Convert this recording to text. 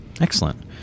excellent